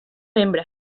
membre